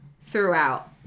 throughout